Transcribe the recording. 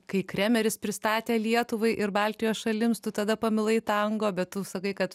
kai kremeris pristatė lietuvai ir baltijos šalims tu tada pamilai tango bet tu sakai kad